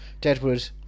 Deadwood